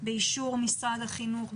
באישור משרד החינוך,